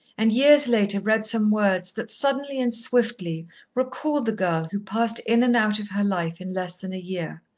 and years later read some words that suddenly and swiftly recalled the girl who passed in and out of her life in less than a year.